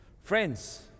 Friends